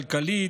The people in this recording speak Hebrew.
כלכלית,